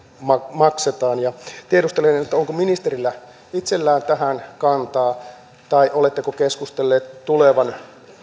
maksetaan tiedustelen onko ministerillä itsellään tähän kantaa tai oletteko keskustellut tulevan